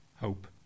hope